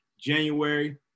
January